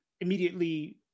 immediately